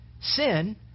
sin